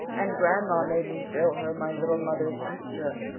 and grandma made me show her my little mother's picture.